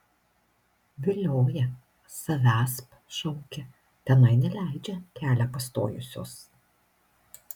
vilioja savęsp šaukia tenai neleidžia kelią pastojusios